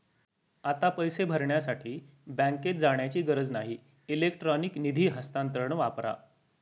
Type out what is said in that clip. आता पैसे भरण्यासाठी बँकेत जाण्याची गरज नाही इलेक्ट्रॉनिक निधी हस्तांतरण वापरा